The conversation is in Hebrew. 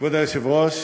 כבוד היושב-ראש,